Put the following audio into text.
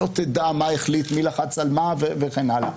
לא תדע מה החליט, מי לחץ על מה וכן הלאה.